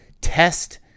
Test